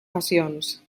passions